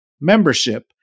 Membership